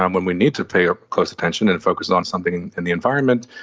um when we need to pay ah close attention and focus on something in the environment,